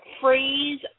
phrase